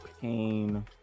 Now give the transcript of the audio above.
pain